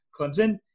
Clemson